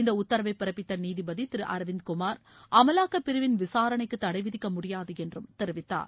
இந்த உத்தரவை பிறப்பித்த நீதிபதி திரு அரவிந்த்குமார் அமலாக்கப் பிரிவின் விசாரணைக்கு தடைவிதிக்க முடியாது என்றும் தெரிவித்தார்